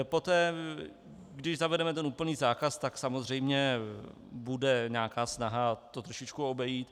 Poté, když zavedeme úplný zákaz, tak samozřejmě bude nějaká snaha to trošičku obejít.